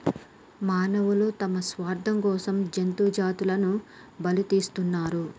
మానవులు తన స్వార్థం కోసం జంతు జాతులని బలితీస్తున్నరు